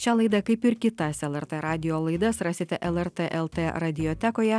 šią laidą kaip ir kitas lrt radijo laidas rasite lrt lt radiotekoje